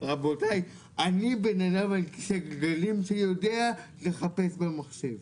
אני אדם על כיסא גלגלים שיודע לחפש במחשב,